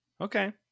Okay